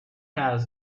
has